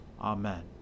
Amen